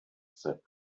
said